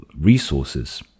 resources